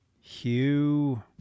hugh